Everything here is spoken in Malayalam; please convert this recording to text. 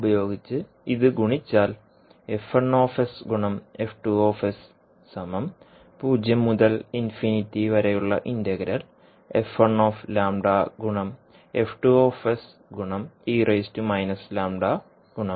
ഉപയോഗിച്ച് ഇത് ഗുണിച്ചാൽ ലഭിക്കും